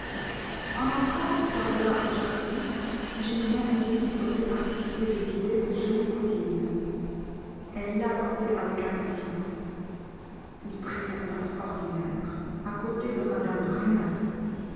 en entrant ce soir-là au jardin julien était disposé à s'occuper des idées des jolies cousines elles l'attendaient avec impatience il prit sa place ordinaire à côté de mme de rênal